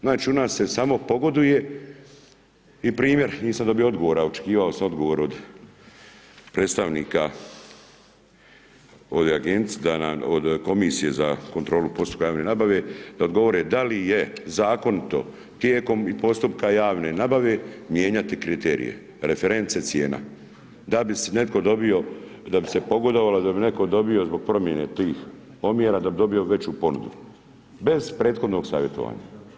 Znači, u nas se samo pogoduje i primjer, nisam dobio odgovor, a očekivao sam odgovor od predstavnika od komisije za kontrolu postupka javne nabave da odgovore da li je zakonito tijekom i postupka javne nabave mijenjati kriterije, reference cijena da bi netko dobio, da bi se pogodovalo, da bi netko dobio zbog promjene tih omjera da bi dobio veću ponudu, bez prethodnog savjetovanja.